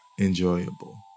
enjoyable